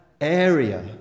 area